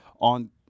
on